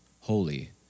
holy